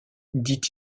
dit